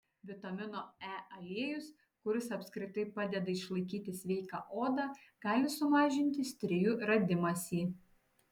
vitamino e aliejus kuris apskritai padeda išlaikyti sveiką odą gali sumažinti strijų radimąsi